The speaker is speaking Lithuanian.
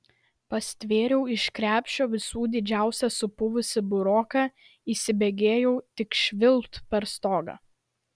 pastvėriau iš krepšio visų didžiausią supuvusį buroką įsibėgėjau tik švilpt per stogą